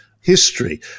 history